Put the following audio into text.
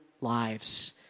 lives